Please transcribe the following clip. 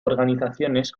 organizaciones